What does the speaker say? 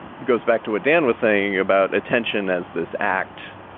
goes back to what dan was saying about attention as this act.